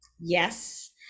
yes